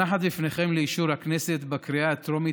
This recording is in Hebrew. מונחת לפניכם לאישור הכנסת בקריאה הטרומית